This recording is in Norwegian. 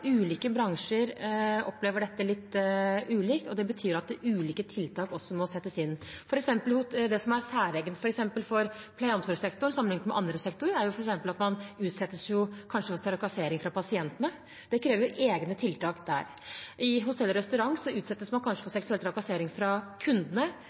betyr også at ulike tiltak må settes inn. Det som er særegent for f.eks. pleie- og omsorgssektoren sammenlignet med andre sektorer, er at man kanskje utsettes for trakassering fra pasientene. Det krever egne tiltak der. I hotell- og restaurantbransjen utsettes man kanskje